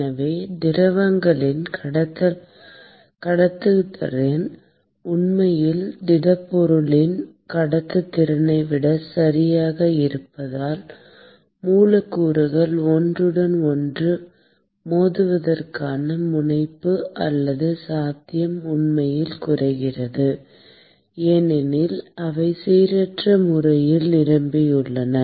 எனவே திரவங்களின் கடத்துத்திறன் உண்மையில் திடப்பொருட்களின் கடத்துத்திறனை விட சிறியதாக இருப்பதால் மூலக்கூறுகள் ஒன்றுடன் ஒன்று மோதுவதற்கான முனைப்பு அல்லது சாத்தியம் உண்மையில் குறைகிறது ஏனெனில் அவை சீரற்ற முறையில் நிரம்பியுள்ளன